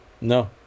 no